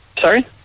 Sorry